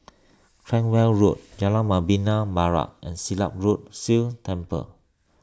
Cranwell Road Jalan Membina Barat and Silat Road Sikh Temple